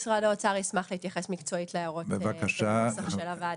משרד האוצר ישמח להתייחס מקצועית להערות לנוסח של הוועדה.